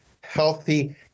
healthy